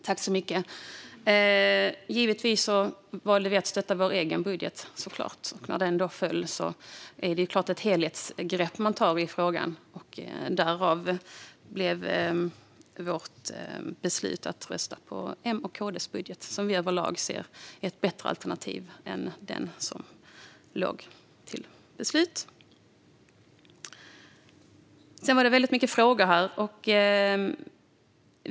Fru talman! Givetvis valde vi att stödja vår egen budget. När den föll tog vi ett helhetsgrepp på frågan. Därför blev vårt beslut att rösta på M:s och KD:s budget, som vi överlag ser som ett bättre alternativ än den som låg för beslut. Det var väldigt många frågor.